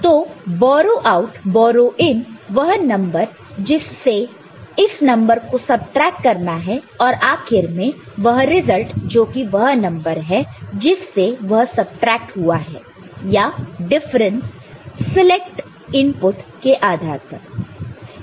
तो borrow out borrow in वह number जिससे इस नंबर को सबट्रैक्ट करना है और आखिर में वह रिजल्ट जोकि वह नंबर है जिससे वह सबट्रैक्ट हुआ है या डिफरेंस सिलेक्ट इनपुट के आधार पर